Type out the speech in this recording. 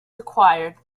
required